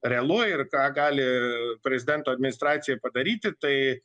realu ir ką gali prezidento administracija padaryti tai